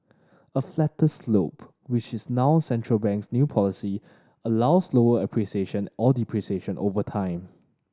a flatter slope which is now central bank's new policy allows slower appreciation or depreciation over time